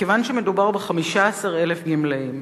מכיוון שמדובר ב-15,000 גמלאים